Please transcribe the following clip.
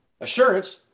Assurance